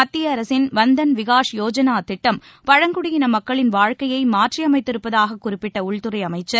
மத்திய அரசின் வன் தன் விகாஷ் யோஜனா திட்டம் பழங்குடியின மக்களின் வாழ்க்கைய மாற்றியமைத்திருப்பதாகக் குறிப்பிட்ட உள்துறை அமைச்சர்